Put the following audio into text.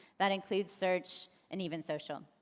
that include search and even social.